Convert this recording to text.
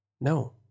no